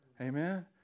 Amen